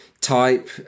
type